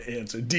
answer